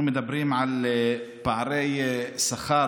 אנחנו מדברים על פערי שכר,